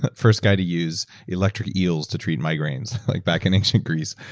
but first guy to use electric eels to treat migraines like back in ancient greece,